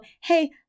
hey